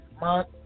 Month